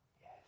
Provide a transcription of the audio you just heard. Yes